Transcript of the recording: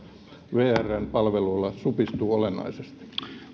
vrn palvelulla supistuu olennaisesti